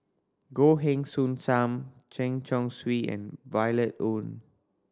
Goh Heng Soon Sam Chen Chong Swee and Violet Oon